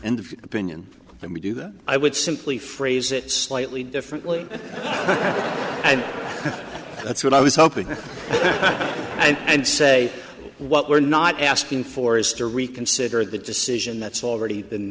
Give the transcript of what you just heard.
of opinion let me do that i would simply phrase it slightly differently and that's what i was hoping for and say what we're not asking for is to reconsider the decision that's already